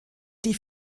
die